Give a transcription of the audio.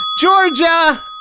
Georgia